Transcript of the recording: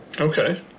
okay